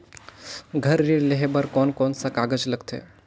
घर ऋण लेहे बार कोन कोन सा कागज लगथे?